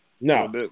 No